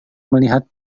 melihat